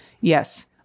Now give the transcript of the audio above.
Yes